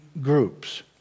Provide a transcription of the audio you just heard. groups